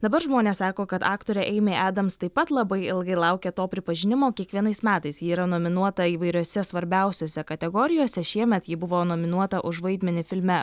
dabar žmonės sako kad aktorė eimė edams taip pat labai ilgai laukė to pripažinimo kiekvienais metais ji yra nominuota įvairiose svarbiausiose kategorijose šiemet ji buvo nominuota už vaidmenį filme